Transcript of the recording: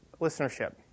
listenership